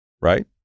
right